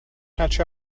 catch